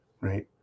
right